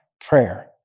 prayer